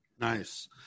Nice